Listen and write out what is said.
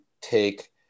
take